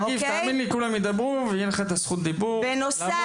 תאמין לי כולם ידברו ויהיה לך את הזכות דיבור לעמוד